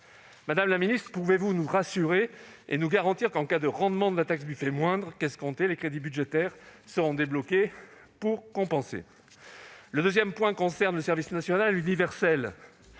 Madame la ministre, pouvez-vous nous rassurer et nous garantir que, si le rendement de la taxe Buffet est moindre qu'escompté, des crédits budgétaires seront débloqués pour compenser ? Le deuxième point concerne le service national universel.